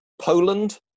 Poland